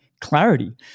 clarity